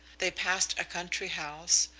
they passed a country house,